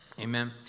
Amen